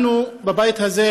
אנחנו בבית הזה,